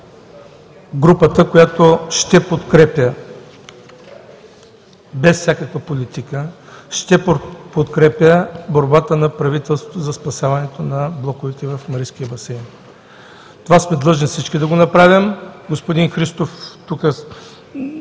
групата, която ще подкрепя без всякаква политика борбата на правителството за спасяването на блоковете в Маришкия басейн. Това сме длъжни всички да го направим. Господин Христов тук,